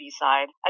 side